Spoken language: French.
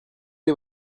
est